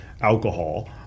alcohol